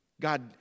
God